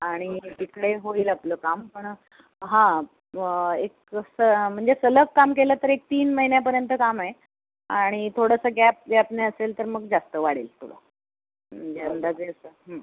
आणि तिकडे होईल आपलं काम पण हां ब् एक स् म्हणजे सलग काम केलं तर एक तीन महिन्यांपर्यंत काम आहे आणि थोडंसं गॅप ग्यापने असेल तर मग जास्त वाढेल थोडं म्हणजे अंदाजे असं हं